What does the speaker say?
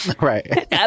right